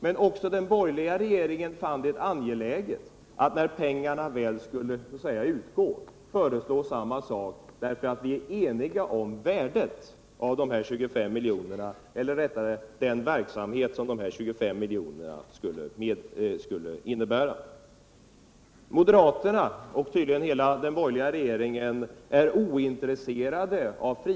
Men också den borgerliga regeringen fann det angeläget att när pengarna väl skulle utgå föreslå samma sak, därför att vi är eniga om värdet av dessa 25 miljoner eller rättare sagt den verksamhet som dessa 25 milj.kr. skulle underlätta. Moderaterna och tydligen hela den borgerliga regeringen saknar intresse för fritidshem, heter det.